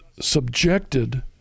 subjected